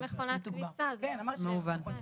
מובן.